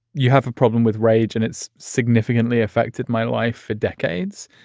you have a problem with rage and it's significantly affected my life for decades.